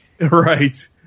Right